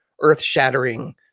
earth-shattering